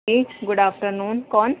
good afternoon کون